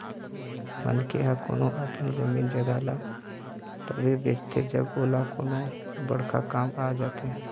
मनखे ह कोनो अपन जमीन जघा ल तभे बेचथे जब ओला कोनो बड़का काम आ जाथे